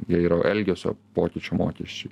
jie yra elgesio pokyčių mokesčiai